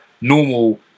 normal